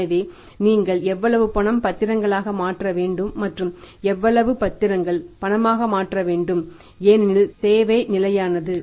எனவே நீங்கள் எவ்வளவு பணம் பத்திரங்களாக மாற்ற வேண்டும் மற்றும் எவ்வளவு பத்திரங்கள் பணமாக மாற்ற வேண்டும் ஏனெனில் தேவை நிலையானது